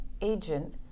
agent